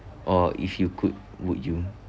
or if you could would you